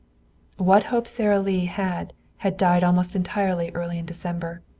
what hope sara lee had had died almost entirely early in december.